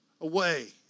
away